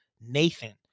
Nathan